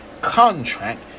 contract